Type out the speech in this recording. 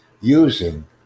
using